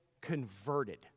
converted